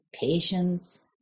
patience